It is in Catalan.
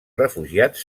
refugiats